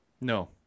No